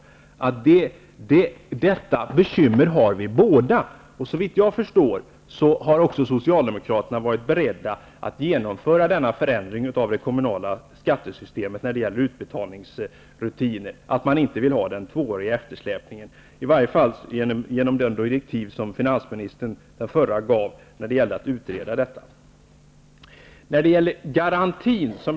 Såvitt jag förstår, i varje fall av de direktiv som den förre finansministern gav för utredningen av denna fråga, har också Socialdemokraterna varit beredda att genomföra denna förändring av det kommunala skattesystemet när det gäller utbetalningsrutiner, eftersom man inte vill ha den tvååriga eftersläpningen. Lennart Hedquist talade om garantin.